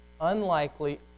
unlikely